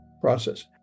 process